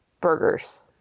Burgers